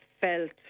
felt